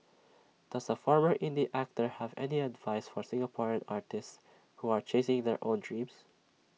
does the former indie actor have any advice for Singaporean artists who are chasing their own dreams